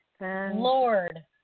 Lord